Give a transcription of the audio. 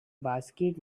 basket